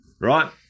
right